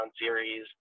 series